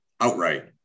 outright